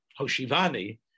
hoshivani